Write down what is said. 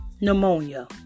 pneumonia